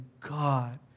God